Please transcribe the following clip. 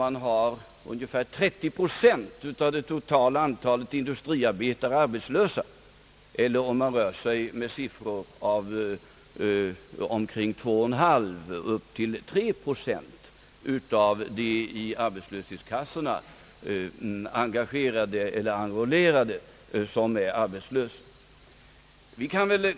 Då var 30 procent av det totala antalet industriarbetare arbetslösa och nu rör det sig om siffror om 2,5 till 3 procent inskrivna arbetslösa vid arbetslöshetskassorna.